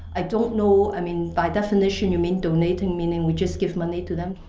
i don't know. i mean by definition you mean donating, meaning we just give money to them?